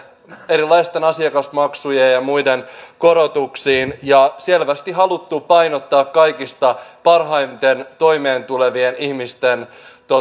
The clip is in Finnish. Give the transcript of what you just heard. erilaisten asiakasmaksujen ja muiden korotuksiin ja selvästi on haluttu painottaa kaikista parhaiten toimeentulevien ihmisten